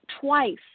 twice